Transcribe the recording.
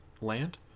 land